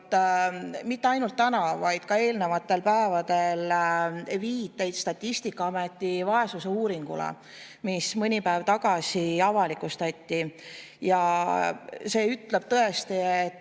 mitte ainult täna, vaid ka eelnevatel päevadel, viiteid Statistikaameti vaesusuuringule, mis mõni päev tagasi avalikustati. See ütleb tõesti, et